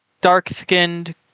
dark-skinned